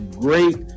Great